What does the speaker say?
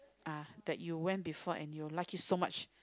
ah that you went before and you like it so much